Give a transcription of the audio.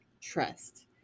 trust